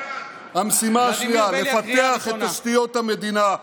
לפתח את תשתיות המדינה,